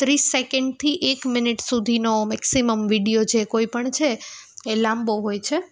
ત્રીસ સેકન્ડથી એક મિનિટ સુધીનો મેક્સિમમ વીડિયો જે કોઈપણ છે એ લાંબો હોય છે